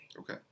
Okay